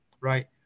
right